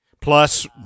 plus